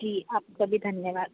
जी आपका भी धन्यवाद